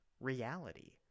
reality